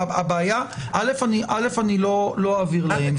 א', אני לא אעביר להם.